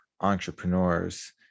entrepreneurs